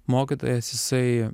mokytojas jisai